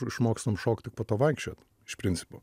išmokstam šokt tik po to vaikščiot iš principo